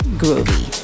groovy